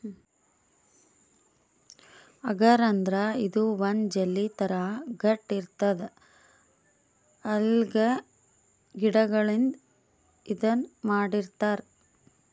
ಅಗರ್ ಅಂದ್ರ ಇದು ಒಂದ್ ಜೆಲ್ಲಿ ಥರಾ ಗಟ್ಟ್ ಇರ್ತದ್ ಅಲ್ಗೆ ಗಿಡಗಳಿಂದ್ ಇದನ್ನ್ ಮಾಡಿರ್ತರ್